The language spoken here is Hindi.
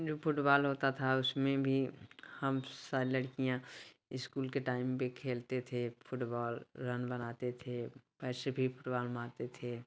जो फूटबाल होता था उसमें भी हम सारे लड़कियाँ इस्कूल के टाइम पे खेलते थे फूटबॉल रन बनाते थे ऐसे भी राउंड मारते थे